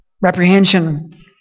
reprehension